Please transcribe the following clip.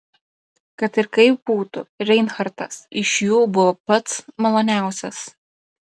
kad ir kaip būtų reinhartas iš jų buvo pats maloniausias